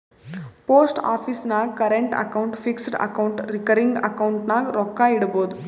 post office ನಾಗ್ current account, fixed account, recurring account ನಾಗ್ ರೊಕ್ಕಾ ಇಡ್ಬೋದ್